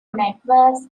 networks